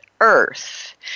Earth